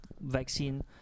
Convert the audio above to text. vaccine